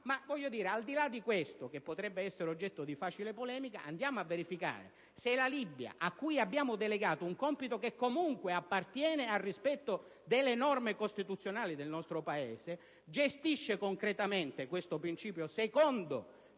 Ad ogni modo, al di là di questo (che potrebbe essere oggetto di facile polemica), andiamo a verificare se la Libia, a cui abbiamo delegato un compito che comunque attiene al rispetto delle norme costituzionali del nostro Paese, gestisce concretamente oppure no questo principio secondo